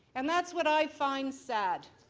and that's what i find sad,